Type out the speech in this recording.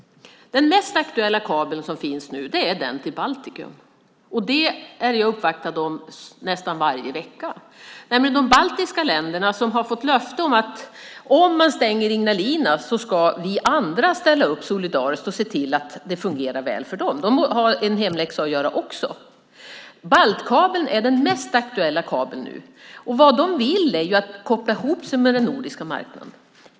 Den mest aktuella kabeln som finns nu är den till Baltikum, och den är jag uppvaktad om nästan varje vecka. De baltiska länderna har nämligen fått löfte om att om de stänger Ignalina ska vi andra ställa upp solidariskt och se till att det fungerar väl för dem. De har också en hemläxa att göra. Baltkabeln är den mest aktuella kabeln nu. Vad de baltiska länderna vill nu är att koppla ihop sig med den nordiska marknaden.